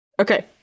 Okay